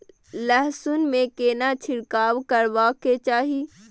लहसुन में केना छिरकाव करबा के चाही?